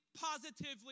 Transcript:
positively